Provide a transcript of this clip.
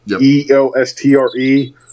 E-O-S-T-R-E